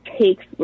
takes